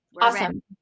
awesome